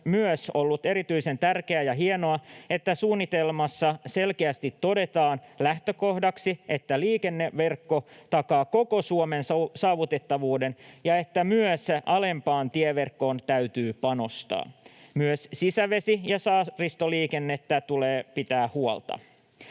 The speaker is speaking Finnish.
on myös ollut erityisen tärkeää ja hienoa, että suunnitelmassa selkeästi todetaan lähtökohdaksi, että liikenneverkko takaa koko Suomen saavutettavuuden ja että myös alempaan tieverkkoon täytyy panostaa. Myös sisävesi- ja saaristoliikenteestä tulee pitää huolta.